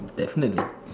definitely